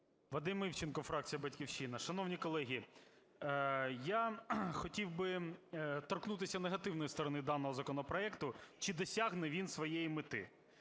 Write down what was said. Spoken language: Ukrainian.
Вадим Івченко, фракція "Батьківщина". Шановні колеги, я хотів би торкнутися негативної сторони даного законопроекту. Чи досягне він своєї мети?